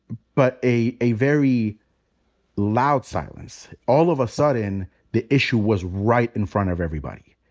but a a very loud silence. all of a sudden the issue was right in front of everybody.